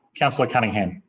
councillor cunningham.